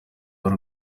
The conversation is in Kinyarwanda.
w’u